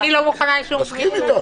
אני לא מוכנה לשום גמישות.